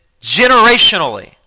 generationally